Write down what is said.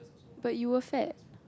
but you were fat